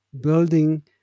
building